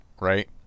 right